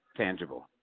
tangible